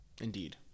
indeed